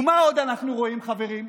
ומה עוד אנחנו רואים, חברים?